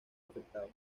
afectados